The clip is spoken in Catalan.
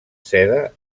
seda